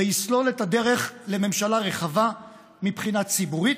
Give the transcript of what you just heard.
ויסלול את הדרך לממשלה רחבה מבחינה ציבורית,